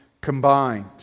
combined